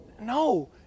No